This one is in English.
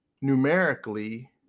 numerically